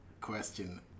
question